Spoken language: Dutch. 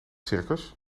circus